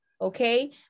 okay